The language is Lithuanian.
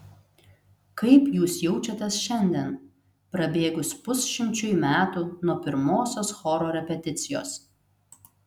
kaip jūs jaučiatės šiandien prabėgus pusšimčiui metų nuo pirmosios choro repeticijos